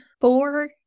four